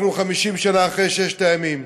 אנחנו 50 שנה אחרי ששת הימים.